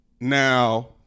Now